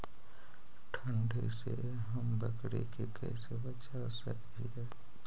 ठंडी से हम बकरी के कैसे बचा सक हिय?